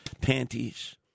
panties